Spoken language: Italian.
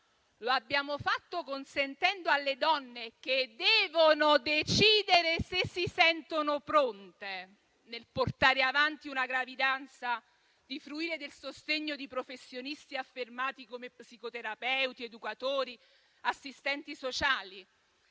Lo abbiamo fatto consentendo alle donne, che devono decidere se si sentono pronte nel portare avanti una gravidanza, di fruire del sostegno di professionisti affermati come psicoterapeuti, educatori, assistenti sociali?